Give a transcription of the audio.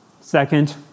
Second